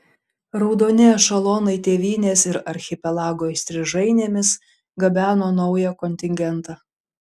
raudoni ešelonai tėvynės ir archipelago įstrižainėmis gabeno naują kontingentą